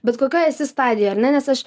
bet kokioj esi stadijoj ar ne nes aš